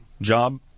job